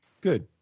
Good